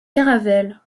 caravelle